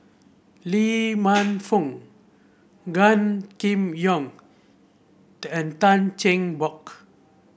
Lee Man Fong Gan Kim Yong and Tan Cheng Bock